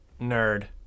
nerd